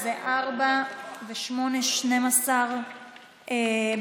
זה ארבעה ושמונה, 12 בעד.